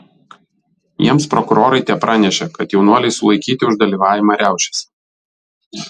jiems prokurorai tepranešė kad jaunuoliai sulaikyti už dalyvavimą riaušėse